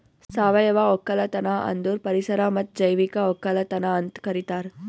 ಸಾವಯವ ಒಕ್ಕಲತನ ಅಂದುರ್ ಪರಿಸರ ಮತ್ತ್ ಜೈವಿಕ ಒಕ್ಕಲತನ ಅಂತ್ ಕರಿತಾರ್